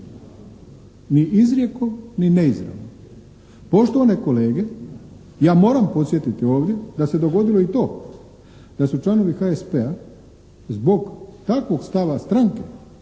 ni izrijekom ni neizravno. Poštovane kolege ja moram podsjetiti ovdje da se dogodilo i to da su članovi HSP-a zbog takvog stava stranke